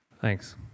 Thanks